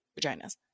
vaginas